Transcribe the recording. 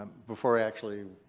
before i actually.